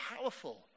powerful